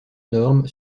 norme